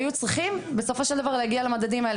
שהיו צריכים להגיע אליהם.